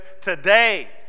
today